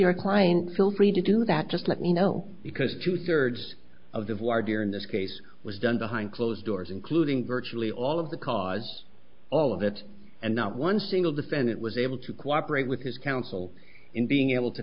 your client feel free to do that just let me know because two thirds of the voir dire in this case was done behind closed doors including virtually all of the cars all of it and not one single defendant was able to cooperate with his counsel in being able to